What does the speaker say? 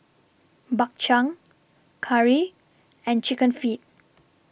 Bak Chang Curry and Chicken Feet